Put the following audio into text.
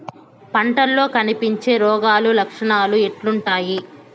పంటల్లో కనిపించే రోగాలు లక్షణాలు ఎట్లుంటాయి?